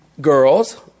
Girls